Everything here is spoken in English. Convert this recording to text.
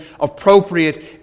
appropriate